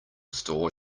store